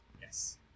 Yes